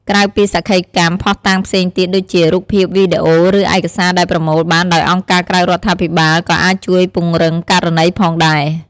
ក្រៅពីសក្ខីកម្ម ភស្តុតាងផ្សេងទៀតដូចជា រូបភាព វីដេអូ ឬឯកសារដែលប្រមូលបានដោយអង្គការក្រៅរដ្ឋាភិបាល ក៏អាចជួយពង្រឹងករណីផងដែរ។